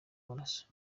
w’amaraso